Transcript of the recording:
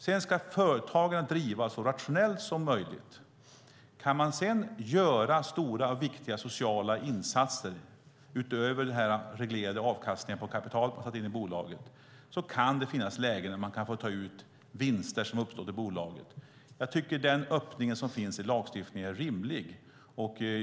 Sedan ska företagen drivas så rationellt som möjligt. Kan man sedan göra stora och viktiga sociala insatser utöver den reglerade avkastningen på kapital som har satts in i bolaget, kan det finnas lägen då man kan få ta ut vinster som har uppstått i bolagen. Jag tycker att den öppning som finns i lagstiftningen är rimlig.